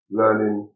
learning